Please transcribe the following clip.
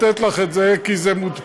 אני יכול לתת לך את זה, כי זה מודפס.